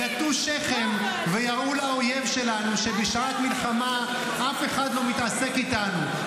-- יטו שכם ויראו לאויב שלנו שבשעת מלחמה אף אחד לא מתעסק איתנו,